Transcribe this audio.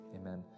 Amen